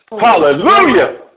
Hallelujah